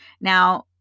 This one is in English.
Now